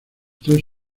tres